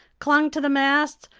clung to the masts,